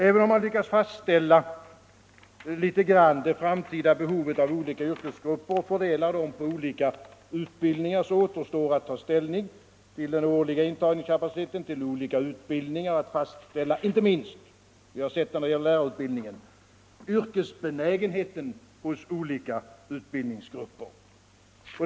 Även om man något så när lyckas fastställa det framtida behovet av olika yrkesgrupper och fördela dessa på olika utbildningar, återstår att ta ställning till den årliga intagningskapaciteten till olika utbildningar och inte minst — vi har sett det behovet när det gäller lärarutbildningen — att fastställa yrkesbenägenheten hos olika utbildningsgrupper.